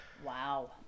Wow